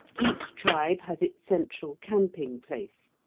each tribe has its central camping-place,